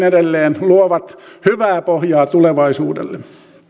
edelleen luovat hyvää pohjaa tulevaisuudelle